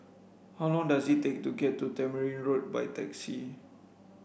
how long does it take to get to Tamarind Road by taxi